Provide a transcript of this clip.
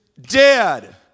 dead